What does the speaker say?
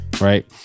right